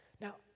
Now